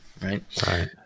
Right